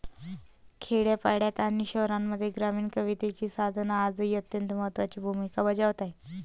खेड्यापाड्यांत आणि शहरांमध्ये ग्रामीण कवितेची साधना आजही अत्यंत महत्त्वाची भूमिका बजावत आहे